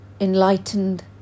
enlightened